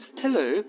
Hello